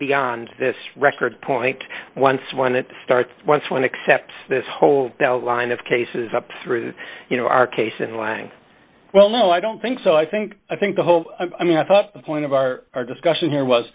beyond this record point once when it starts once when except this whole line of cases up through you know our case in line well no i don't think so i think i think the whole i mean i thought the point of our our discussion here w